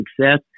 success